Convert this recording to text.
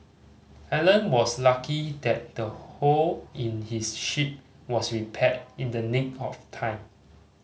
Alan was lucky that the hole in his ship was repaired in the nick of time